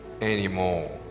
anymore